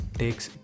takes